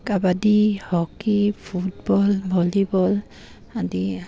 kabaddi hockey football volleyball আদি